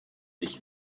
sich